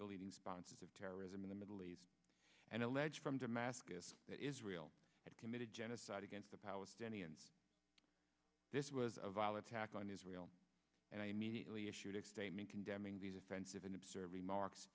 the leading sponsors of terrorism in the middle east and alleged from damascus that israel had committed genocide against the palestinians this was a violent attack on israel and i immediately issued a statement condemning these offensive and observe remarks